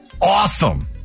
awesome